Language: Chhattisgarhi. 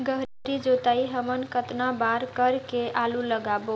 गहरी जोताई हमन कतना बार कर के आलू लगाबो?